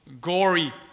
gory